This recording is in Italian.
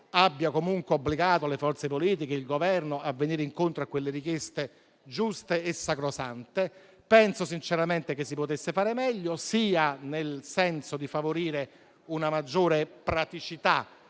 abbia comunque obbligato le forze politiche e il Governo a venire incontro a quelle richieste giuste e sacrosante. Penso sinceramente che si potesse fare meglio, sia nel senso di favorire una maggiore praticità,